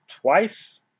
twice